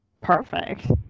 Perfect